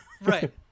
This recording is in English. right